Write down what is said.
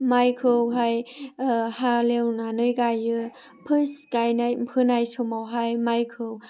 माइखौहाय हालेवनानै गायो फार्स्त गायनाय फोनाय समावहाय माइखौ